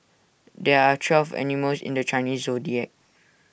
there are twelve animals in the Chinese Zodiac